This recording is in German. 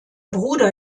bruder